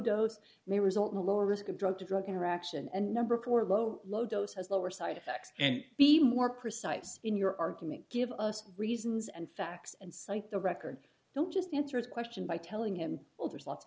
dose may result in a lower risk of drug drug interaction and number for low low dose has lower side effects and be more precise in your argument give us reasons and facts and cite the record don't just answer his question by telling him well there's lots of